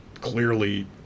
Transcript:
clearly